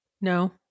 No